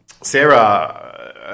Sarah